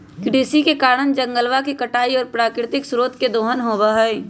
कृषि के कारण जंगलवा के कटाई और प्राकृतिक स्रोत के दोहन होबा हई